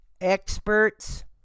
experts